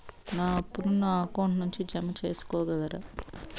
నా అప్పును నా అకౌంట్ నుండి జామ సేసుకోగలరా?